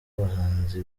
bahanzi